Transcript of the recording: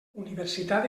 universitat